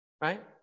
right